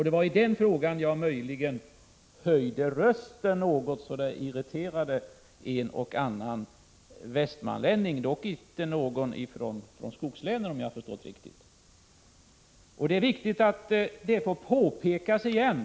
Det var i denna fråga som jag möjligen höjde rösten något så att detirriterade en och annan västmanlänning, dock inte någon från skogslänen såvitt jag förstår. Det är viktigt att detta får påpekas igen.